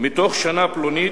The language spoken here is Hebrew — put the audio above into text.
מתוך שנה פלונית,